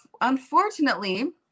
unfortunately